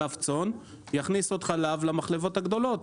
יכניס עוד חלב למחלבות הגדולות.